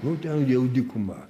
nu ten jau dykuma